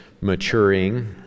maturing